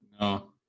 No